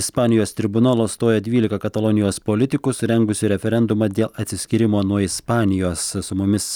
ispanijos tribunolą stoja dvylika katalonijos politikų surengusių referendumą dėl atsiskyrimo nuo ispanijos su mumis